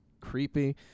creepy